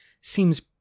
seems